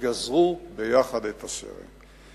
וגזרו ביחד את הסרט.